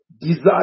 desire